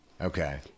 Okay